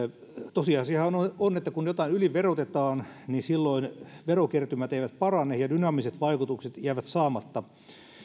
tosiasiahan on on että kun jotain yliverotetaan niin silloin verokertymät eivät parane ja dynaamiset vaikutukset jäävät saamatta